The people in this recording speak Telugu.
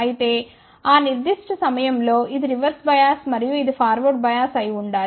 అయితే ఆ నిర్దిష్ట సమయంలో ఇది రివర్స్ బయాస్ మరియు ఇది ఫార్వర్డ్ బయాస్ అయి ఉండాలి